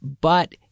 But-